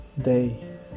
day